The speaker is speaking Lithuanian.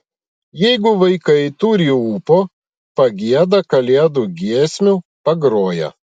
jeigu vaikai turi ūpo pagieda kalėdų giesmių pagroja